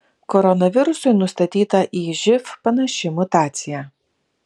koronavirusui nustatyta į živ panaši mutacija